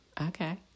okay